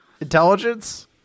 Intelligence